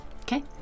Okay